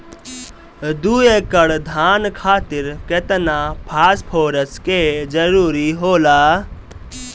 दु एकड़ धान खातिर केतना फास्फोरस के जरूरी होला?